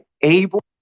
able